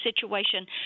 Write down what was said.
situation